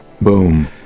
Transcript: Boom